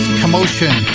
commotion